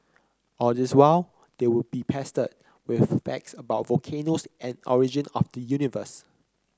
all this while they would be pestered with facts about volcanoes and origin of the universe